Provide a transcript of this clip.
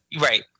Right